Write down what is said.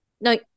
No